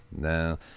no